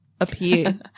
appear